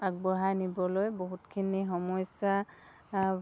আগবঢ়াই নিবলৈ বহুতখিনি সমস্যা